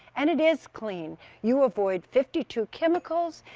and it is clean. you avoid fifty two chemicals.